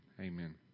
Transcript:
amen